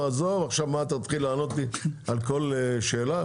עכשיו תתחיל לענות לי על כל שאלה?